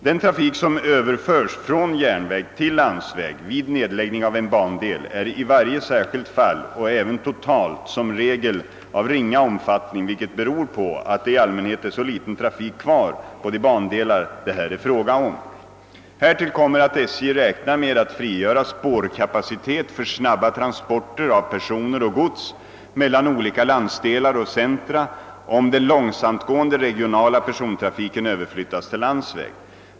Den trafik som överförs från järnväg till landsväg vid nedläggning av en bandel är i varje särskilt fall och även totalt som regel av ringa omfattning, vilket beror på att det i allmänhet är så liten trafik kvar på de bandelar det här är fråga om. Härtill kommer att SJ räknar med att frigöra spårkapacitet för snabba transporter av personer och gods mellan olika landsdelar och centra, om den långsamtgående regionala persontrafiken överflyttas till landsväg.